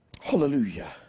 Hallelujah